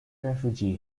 refugee